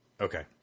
Okay